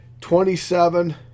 twenty-seven